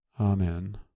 Amen